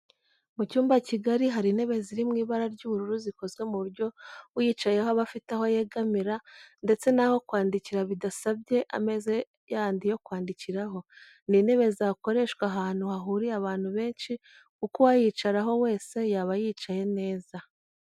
Mu cyumba kigari hari intebe ziri mu ibara ry'ubururu zikozwe ku buryo uyicayeho aba afite aho yegamira ndetse n'aho kwandikira bidasabye ameza yandi yo kwandikiraho. Ni intebe zakoreshwa ahantu hahuriye abantu benshi kuko uwayicaraho wese yaba yicaye neza